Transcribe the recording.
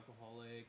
alcoholic